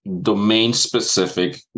domain-specific